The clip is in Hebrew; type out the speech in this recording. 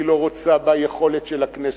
היא לא רוצה ביכולת של הכנסת,